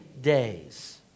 days